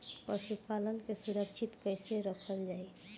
पशुपालन के सुरक्षित कैसे रखल जाई?